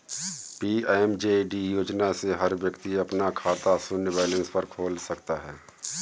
PMJD योजना से हर व्यक्ति अपना खाता शून्य बैलेंस पर खोल सकता है